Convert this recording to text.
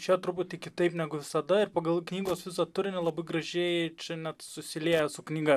čia truputį kitaip negu visada ir pagal knygos visą turinį labai gražiai čia net susilieja su knyga